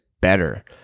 better